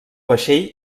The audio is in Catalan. vaixell